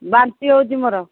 ବାନ୍ତି ହେଉଛି ମୋର